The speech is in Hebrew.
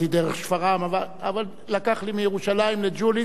אבל לקח לי מירושלים לג'וליס שעה ו-50 דקות,